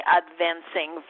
advancing